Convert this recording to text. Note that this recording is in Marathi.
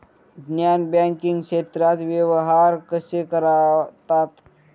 नॉन बँकिंग क्षेत्रात व्यवहार कसे करतात?